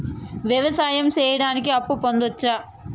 వ్యవసాయం సేయడానికి అప్పు పొందొచ్చా?